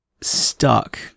stuck